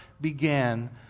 began